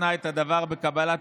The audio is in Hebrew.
הכול בסדר.